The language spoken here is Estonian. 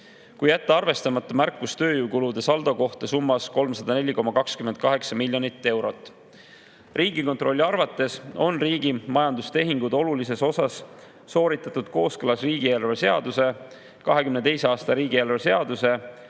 kui jätta arvestamata märkus tööjõukulude saldo kohta summas 304,28 miljonit eurot. Riigikontrolli arvates on riigi majandustehingud olulises osas sooritatud kooskõlas riigieelarve seaduse, 2022. aasta riigieelarve seaduse,